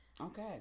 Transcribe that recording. Okay